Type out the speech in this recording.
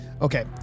Okay